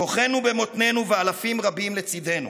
כוחנו במותנינו ואלפים רבים לצידנו.